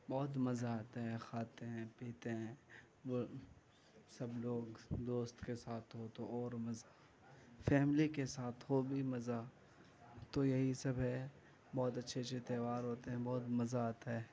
بہت مزہ آتا ہے کھاتے ہیں پیتے ہیں سب لوگ دوست کے ساتھ ہو تو اور مزہ فیملی کے ساتھ ہو بھی مزہ تو یہی سب ہے بہت اچھے اچھے تہوار ہوتے ہیں بہت مزہ آتا ہے